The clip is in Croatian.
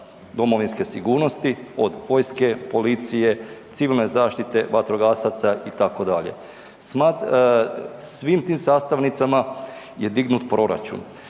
domovinske sigurnosti od vojske, policije, civilne zaštite, vatrogasaca itd. Svim tim sastavnicama je dignut proračun,